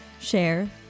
share